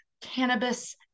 cannabis